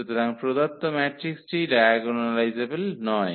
সুতরাং প্রদত্ত ম্যাট্রিক্সটি ডায়াগোনালাইজেবল নয়